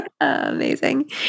Amazing